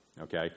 okay